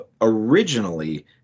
originally